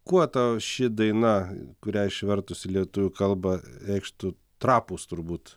kuo tau ši daina kurią išvertus į lietuvių kalbą reikštų trapūs turbūt